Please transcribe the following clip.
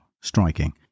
striking